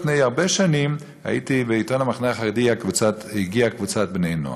לפני הרבה שנים הייתי בעיתון "המחנה החרדי" והגיעה קבוצת בני-נוער.